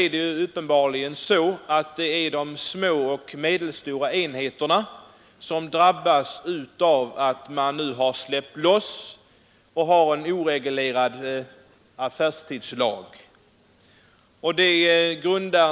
Det är uppenbarligen så att de små och medelstora enheterna drabbas av att man nu har släppt loss affärstiden.